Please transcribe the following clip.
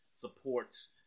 supports